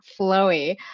flowy